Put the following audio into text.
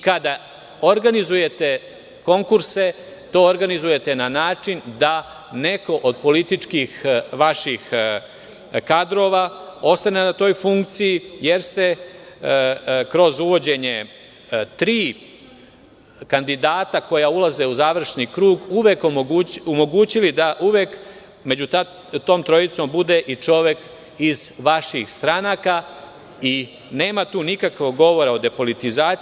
Kada organizujete konkurse, to organizujete na način da neko od vaših političkih kadrova ostane na toj funkciji, jer ste kroz uvođenje tri kandidata, koja ulaze u završni krug, uvek omogućili da među tom trojicom bude i čovek iz vaših stranaka i nema tu nikakvog govora o depolitizaciji.